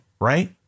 right